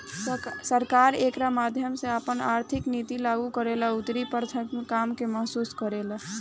सरकार एकरा माध्यम से आपन आर्थिक निति लागू करेला अउरी प्राथमिक काम के महसूस करेला